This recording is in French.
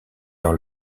dans